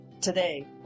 today